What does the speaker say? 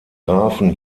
grafen